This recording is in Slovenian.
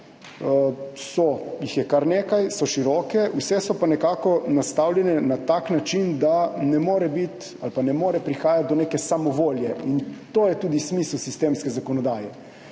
jih je kar nekaj, so široke, vse so pa nekako nastavljene na tak način, da ne more biti ali pa ne more prihajati do neke samovolje in to je tudi smisel sistemske zakonodaje.